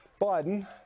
biden